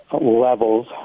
levels